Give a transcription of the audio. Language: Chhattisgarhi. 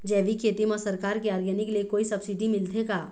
जैविक खेती म सरकार के ऑर्गेनिक ले कोई सब्सिडी मिलथे का?